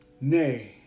Nay